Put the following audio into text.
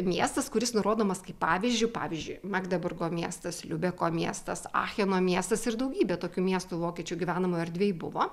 miestas kuris nurodomas kaip pavyzdžiu pavyzdžiui magdeburgo miestas liubeko miestas acheno miestas ir daugybė tokių miestų vokiečių gyvenamoj erdvėj buvo